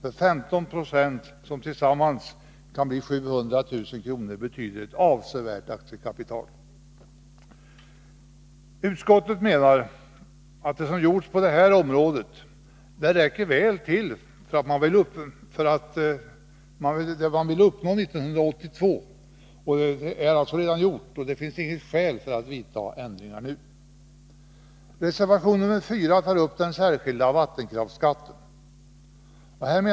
Om 15 20 av aktiekapitalet kan bli 700 000 kr. har man ett avsevärt aktiekapital. , Utskottet menar att det som gjorts på detta område väl räcker till för det alla ville uppnå 1982, och det finns inget skäl att nu företa några ändringar. Reservation nr 4 gäller den särskilda vattenkraftsskatten.